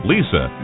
Lisa